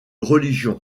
religion